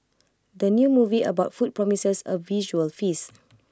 the new movie about food promises A visual feast